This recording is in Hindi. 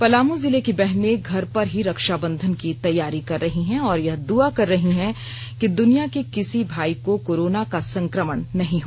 पलामू जिले की बहनें घर पर ही रक्षाबंधन की तैयारी कर रही है और यह दुआ कर रही हैं कि दुनिया के किसी भाई को कोरोना का संकमण नहीं हो